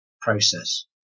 process